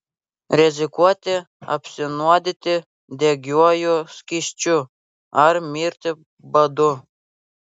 rizikuoti apsinuodyti degiuoju skysčiu ar mirti badu